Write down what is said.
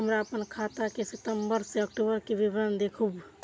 हमरा अपन खाता के सितम्बर से अक्टूबर के विवरण देखबु?